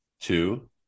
two